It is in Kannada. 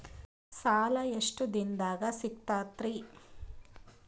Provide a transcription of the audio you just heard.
ಸಾಲಾ ಎಷ್ಟ ದಿಂನದಾಗ ಸಿಗ್ತದ್ರಿ?